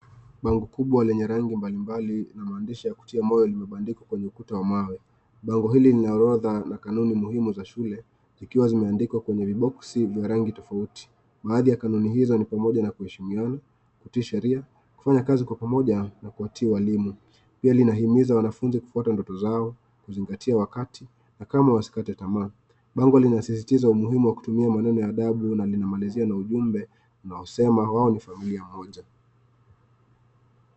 Bango kubwa lenye rangi mbalimbali na maandishi ya kutia moyo limebandikwa kwenye ukuta wa mawe. Bango hili lina orodha na kanuni muhimu za shule zikiwa zimeandikwa kwenye viboksi vya rangi tofauti. Baadhi ya kanuni hizo ni pamoja na kuheshimiana, kutii sheria, kufanya kazi kwa pamoja na kuwatii walimu. Pia linahimiza wanafunzi kufuata ndoto zao, kuzingatia wakati na kamwe wasikate tamaa. Bango linasisitiza umuhimu wa kutumia maneno ya adabu na linamalizia na ujumbe unaosema wao ni familia moja.